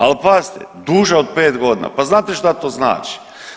Ali pazite duža od pet godina, pa znate šta to znači?